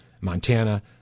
Montana